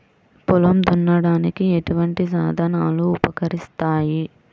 పొలం దున్నడానికి ఎటువంటి సాధనాలు ఉపకరిస్తాయి?